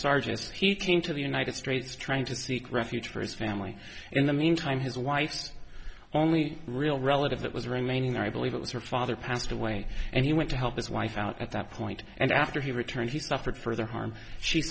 sargent's teaching to the united states trying to seek refuge for his family in the meantime his wife's only real relative that was remaining i believe it was her father passed away and he went to help his wife out at that point and after he returned he suffered further harm she